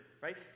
right